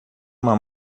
uma